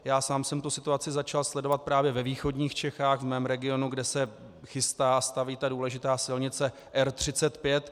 Já sám jsem tu situaci začal sledovat právě ve východních Čechách, v mém regionu, kde se staví ta důležitá silnice R35.